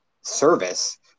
service